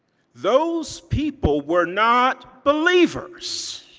those people were not believers.